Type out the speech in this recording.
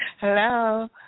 Hello